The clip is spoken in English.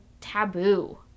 taboo